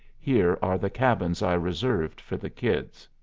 here are the cabins i reserved for the kids.